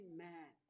Amen